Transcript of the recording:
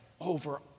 over